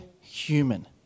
human